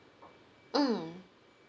mm